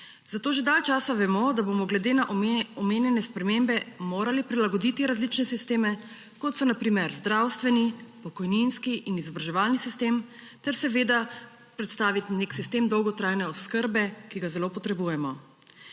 Zato že dalj časa vemo, da bomo glede na omenjene spremembe morali prilagoditi različne sisteme, kot so na primer zdravstveni, pokojninski in izobraževalni sistem ter seveda predstaviti nek sistem dolgotrajne oskrbe, ki ga zelo potrebujemo.